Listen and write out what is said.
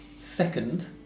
second